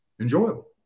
enjoyable